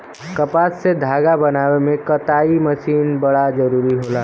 कपास से धागा बनावे में कताई मशीन बड़ा जरूरी होला